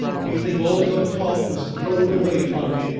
you think all your talk was thrown away upon me,